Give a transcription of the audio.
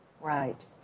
Right